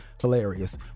hilarious